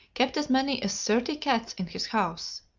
kept as many as thirty cats in his house.